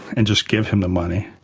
and just give him the money,